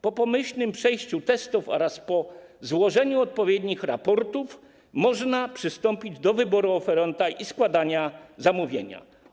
Po pomyślnym przejściu testów oraz po złożeniu odpowiednich raportów można przystąpić do wyboru oferenta i składania zamówienia.